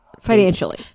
financially